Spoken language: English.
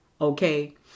Okay